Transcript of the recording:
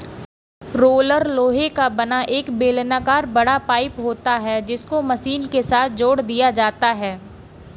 roller लोहे का बना एक बेलनाकर बड़ा पाइप होता है जिसको मशीन के साथ जोड़ दिया जाता है